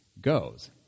goes